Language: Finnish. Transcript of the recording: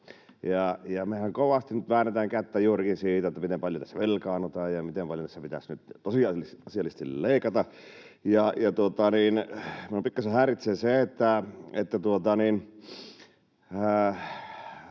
Mehän kovasti nyt väännetään kättä juurikin siitä, miten paljon tässä velkaannutaan ja miten paljon tässä pitäisi tosiasiallisesti leikata, ja minua pikkasen häiritsee se, että